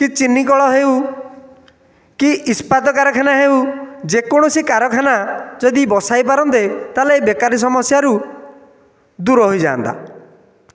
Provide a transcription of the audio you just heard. କି ଚିନି କଳ ହେଉ କି ଇସ୍ପାତ କାରଖାନା ହେଉ ଯେକୌଣସି କାରଖାନା ଯଦି ବସାଇ ପାରନ୍ତେ ତା'ହେଲେ ବେକାରୀ ସମସ୍ୟାରୁ ଦୂର ହୋଇଯାନ୍ତା